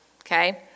Okay